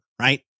right